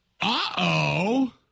Uh-oh